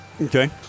Okay